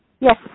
Yes